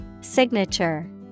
Signature